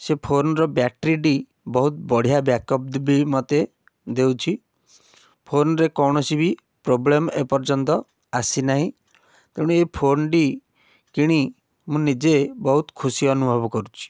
ସେ ଫୋନ୍ର ବ୍ୟାଟେରୀଟି ବହୁତ ବଢ଼ିଆ ବ୍ୟାକପ୍ ବି ମୋତେ ଦେଉଛି ଫୋନ୍ରେ କୌଣସି ବି ପ୍ରୋବ୍ଲେମ୍ ଏପର୍ଯ୍ୟନ୍ତ ଆସି ନାହିଁ ତେଣୁ ଏଇ ଫୋନ୍ଟି କିଣି ମୁଁ ନିଜେ ବହୁତ ଖୁସି ଅନୁଭବ କରୁଛି